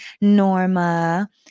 Norma